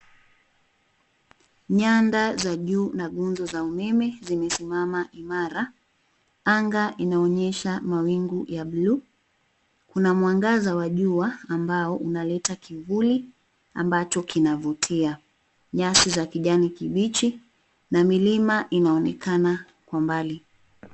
Nyanda za juu na nguzo za umeme zimesimama imara. Anga inaonyesha mawingu ya bluu. Kuna mwangaza wa jua amabo unaleta kivuli ambacho kinavutia. Nyasi za kijani kibichi na milima inaonekana kwa mbali.